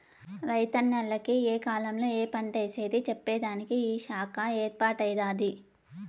రైతన్నల కి ఏ కాలంలో ఏ పంటేసేది చెప్పేదానికి ఈ శాఖ ఏర్పాటై దాది